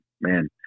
man